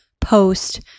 post